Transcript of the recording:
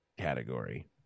Category